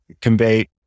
convey